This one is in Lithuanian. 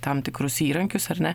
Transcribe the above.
tam tikrus įrankius ar ne